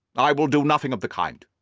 i will do nothing of the kind.